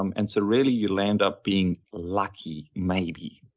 um and so really, you land up being lucky, maybe,